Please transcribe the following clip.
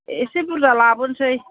एसे बुरजा लाबोनोसै